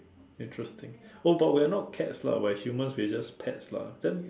interesting oh but we are not cats lah we are humans we are just pets lah then